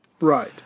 Right